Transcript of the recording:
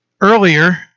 earlier